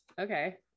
okay